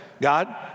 God